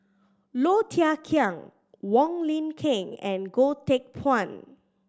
Low Thia Khiang Wong Lin Ken and Goh Teck Phuan